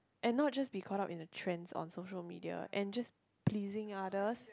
and not just be caught up in the trends on social media and just pleasing others